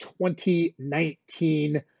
2019